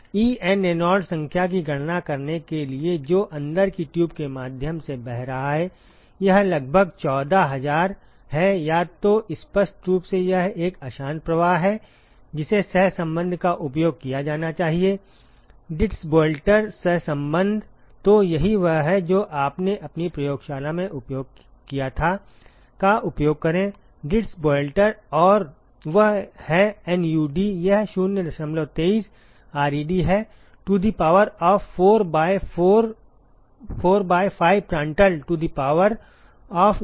en Reynolds संख्या की गणना करने के लिए जो अंदर की ट्यूब के माध्यम से बह रहा है यह लगभग 14000 है या तो स्पष्ट रूप से यह एक अशांत प्रवाह है जिसे सहसंबंध का उपयोग किया जाना चाहिए Dittus Boelter सहसंबंध तो यही वह है जो आपने अपनी प्रयोगशाला में उपयोग किया था का उपयोग करें Dittus Boelter और वह है NuD यह 023 ReD है to the power of 4 by 5 Prandtl to the power of 04